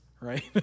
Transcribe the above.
right